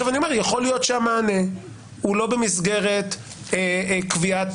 אני אומר שיכול להיות שהמענה הוא לא במסגרת של קביעת